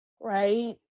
right